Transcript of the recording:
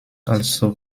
also